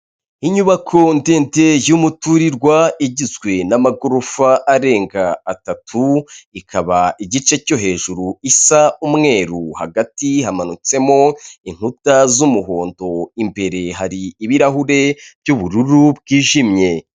Inyubako ndende y'umuturirwa igizwe n'amagorofa arenga atatu; ikaba igice cyo hejuru isa umweru hagati hamanutsemo inkuta z'umuhondo; imbere hari ibirahure by'ubururu bwijimye.